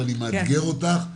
ואני מאתגר אותך,